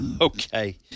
Okay